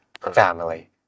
family